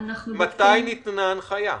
מתי ניתנה הנחיה?